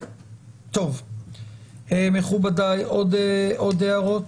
טוב, מכובדיי, עוד הערות?